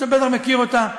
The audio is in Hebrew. שאתה בטח מכיר אותה,